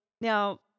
now